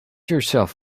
yourself